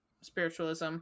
spiritualism